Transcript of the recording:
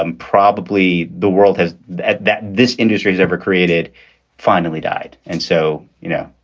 um probably the world has that that this industry has ever created finally died. and so, you know,